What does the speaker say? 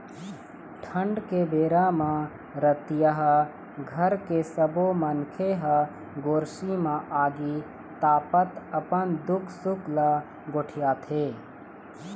ठंड के बेरा म रतिहा घर के सब्बो मनखे ह गोरसी म आगी तापत अपन दुख सुख ल गोठियाथे